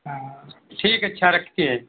हाँ ठीक है अच्छा रखते हैं